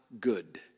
good